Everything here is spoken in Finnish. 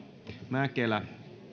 mäkelä